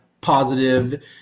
positive